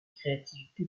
créativité